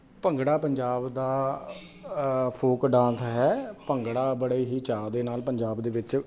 ਭੰਗੜਾ ਪੰਜਾਬ ਦਾ folk dance ਹੈ ਭੰਗੜਾ ਬੜੇ ਹੀ ਚਾਅ ਦੇ ਨਾਲ ਪੰਜਾਬ ਦੇ ਵਿੱਚ